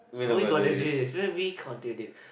how are we gonna do this we can't do this